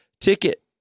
ticket